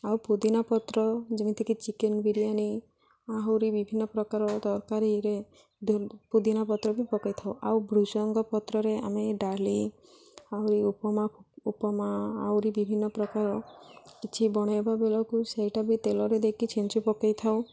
ଆଉ ପୁଦିନା ପତ୍ର ଯେମିତିକି ଚିକେନ ବିରିୟାନୀ ଆହୁରି ବିଭିନ୍ନ ପ୍ରକାର ତରକାରୀରେ ପୁଦିନା ପତ୍ର ବି ପକାଇଥାଉ ଆଉ ଭୃଷଙ୍ଗ ପତ୍ରରେ ଆମେ ଡାଲି ଆହୁରି ଉପମା ଉପମା ଆହୁରି ବିଭିନ୍ନ ପ୍ରକାର କିଛି ବନାଇବା ବେଳକୁ ସେଇଟା ବି ତେଲରେ ଦେଇକି ଛିଞ୍ଚି ପକାଇଥାଉ